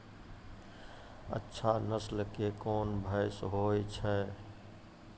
अच्छा नस्ल के कोन भैंस होय छै?